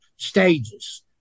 stages